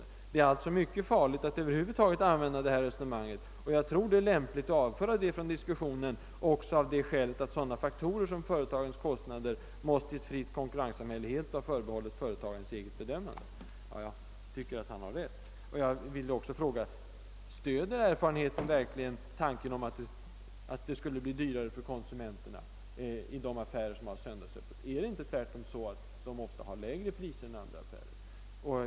Han fortsätter: »Det är alltså mycket farligt att över huvud taget använda det här resonemanget och jag tror att det är lämpligt att avföra det ifrån diskussionen också av det skälet att sådana faktorer som företagens kostnader måste i ett fritt konkurrenssamhälle helt vara förbehållet företagarens eget bedömande.« Jag tycker att han har rätt. som har söndagsöppet? Har de inte tvärtom ofta lägre priser än andra?